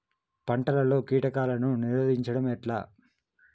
పంటలలో కీటకాలను నిరోధించడం ఎట్లా?